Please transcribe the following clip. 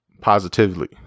positively